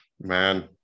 man